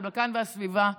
הבלקן והסביבה,